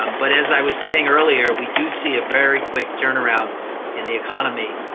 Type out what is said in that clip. um but as i was saying earlier, we do see a very quick turnaround in the economy,